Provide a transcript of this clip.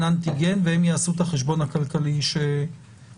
אנטיגן והם יעשו את החשבון הכלכלי שלהם.